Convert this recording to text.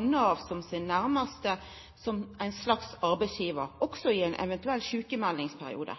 Nav som ein slags arbeidsgjevar, også i ein eventuell sjukmeldingsperiode.